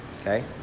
Okay